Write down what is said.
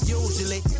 usually